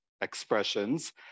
expressions